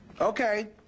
Okay